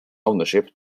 ownership